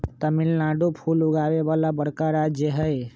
तमिलनाडु फूल उगावे वाला बड़का राज्य हई